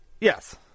Yes